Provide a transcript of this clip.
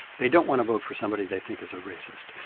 they don't want to vote for somebody they think is a racist.